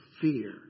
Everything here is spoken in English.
fear